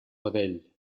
vedell